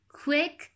quick